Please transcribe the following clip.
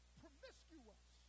promiscuous